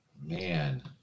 Man